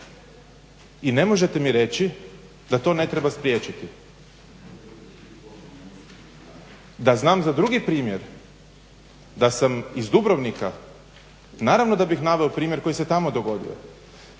I ne možete mi reći da to ne treba spriječiti. Da znam za drugi primjer da sam iz Dubrovnika naravno da bih naveo primjer koji se tamo dogodio.